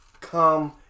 come